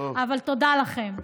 אבל תודה לכם.